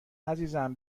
عزیزم